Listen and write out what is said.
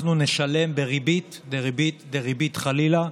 אנחנו נשלם בריבית דריבית דריבית, חלילה,